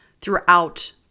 throughout